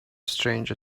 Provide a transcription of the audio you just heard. stranger